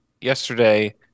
yesterday